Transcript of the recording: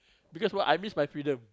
because what I miss my freedom